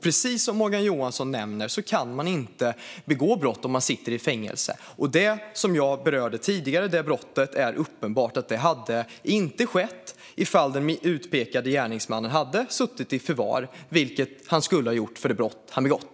Precis som Morgan Johansson nämner kan man inte begå brott om man sitter i fängelse. Det är uppenbart att det brott som jag berörde tidigare inte hade skett ifall den utpekade gärningsmannen hade suttit i förvar, vilket han skulle ha gjort för det brott han begått.